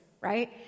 right